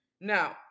Now